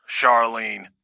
Charlene